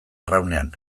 arraunean